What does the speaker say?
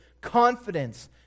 confidence